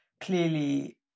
clearly